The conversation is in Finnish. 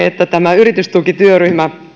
että tämä yritystukityöryhmä